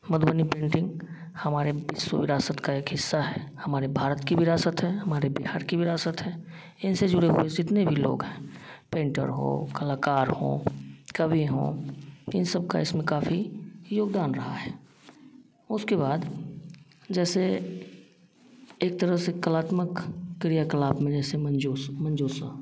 Madhubani painting हमारे विश्व विरासत का एक हिस्सा है हमारे भारत की विरासत है हमारे बिहार की विरासत है इनसे जुड़े हुए जितने भी लोग हैं पेंटर हो कलाकार हो कवि हों इन सब का इसमें काफी योगदान रहा है उसके बाद जैसे एक तरह से कलात्मक क्रियाकलाप में जैसे मंजूस मंजूशा